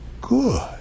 good